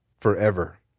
forever